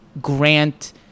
Grant